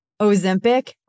Ozempic